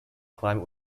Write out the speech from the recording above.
climate